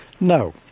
No